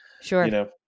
Sure